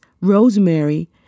rosemary